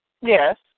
Yes